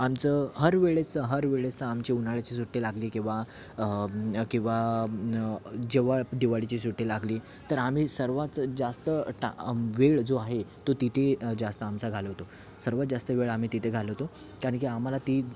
आमचं हर वेळेसचं हर वेळेसचं आमची उन्हाळ्याची सुट्टी लागली किंवा किंवा जेव्हा दिवाळीची सुट्टी लागली तर आम्ही सर्वात जास्त टा वेळ जो आहे तो तिथे जास्त आमचा घालवतो सर्वात जास्त वेळ आम्ही तिथे घालवतो कारण की आम्हाला ती